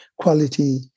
quality